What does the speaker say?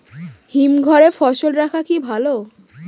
হিমঘরে ফসল রাখা কি ভালো?